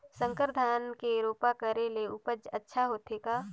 संकर धान के रोपा करे ले उपज अच्छा होथे का?